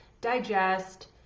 digest